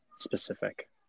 specific